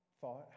thought